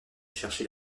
chercher